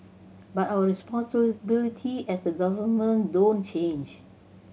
but our responsibility as a government don't change